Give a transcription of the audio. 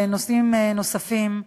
גם בנושאים נוספים,